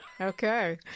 okay